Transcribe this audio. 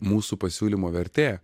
mūsų pasiūlymo vertė